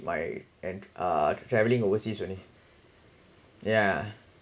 my and uh travelling overseas only yeah